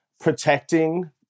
protecting